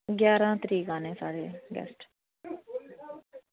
ग्यारहां तरीक आने साढ़े गेस्ट